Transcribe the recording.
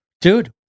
Dude